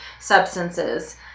substances